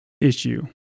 issue